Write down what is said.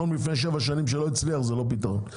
לפני שבע שנים זה לא פתרון.